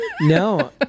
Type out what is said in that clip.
No